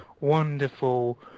wonderful